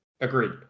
Agreed